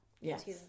Yes